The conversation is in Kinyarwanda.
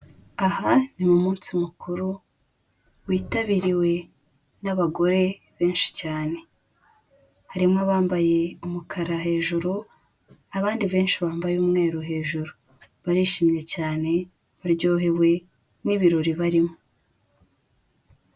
Aha ni mu munsi mukuru witabiriwe n'abagore benshi cyane, harimo abambaye umukara hejuru, abandi benshi bambaye umweru hejuru, barishimye cyane baryohewe n'ibirori barimo.